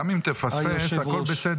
גם אם תפספס, הכול בסדר.